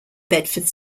bedford